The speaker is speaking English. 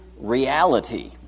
reality